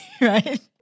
right